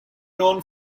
known